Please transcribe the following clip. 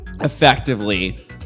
effectively